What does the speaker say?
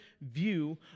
view